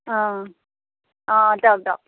অ অ দিয়ক দিয়ক